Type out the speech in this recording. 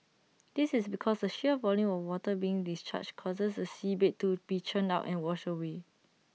this is because the sheer volume of water being discharged causes the seabed to be churned and washed away